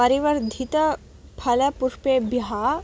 परिवर्धितफलपुष्पेभ्यः